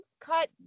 cut